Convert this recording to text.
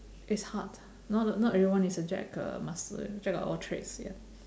it's hard not not everyone is a jack uh master jack of all trades ya